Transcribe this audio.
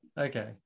Okay